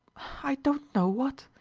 i don't know what.